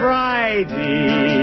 Friday